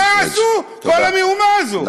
על מה עשו את כל המהומה הזאת?